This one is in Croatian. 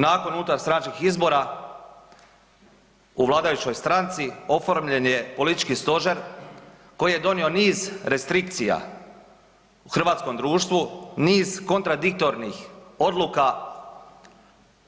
Odmah nakon unutarstranačkih izbora u vladajućoj stranici oformljen je politički stožer koji je donio niz restrikcija hrvatskom društvu, niz kontradiktornih odluka